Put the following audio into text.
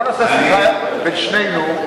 בוא נעשה שיחה בין שנינו,